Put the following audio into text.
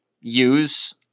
use